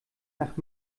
nach